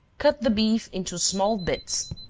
cut the beef into small bits,